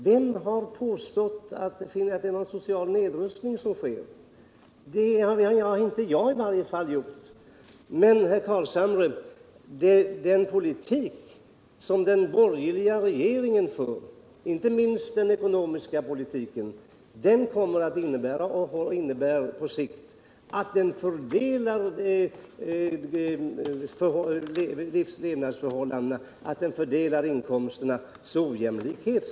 Vem har påstått att det pågår någon social nedrustning? Det har i varje fall inte jag gjort. Men den politik som den borgerliga regeringen för, inte minst den ekonomiska politiken, innebär på sikt en fördelning av inkomsterna som är ojämlik.